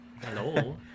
hello